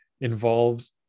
involved